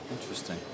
Interesting